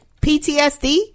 PTSD